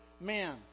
man